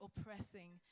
oppressing